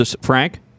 Frank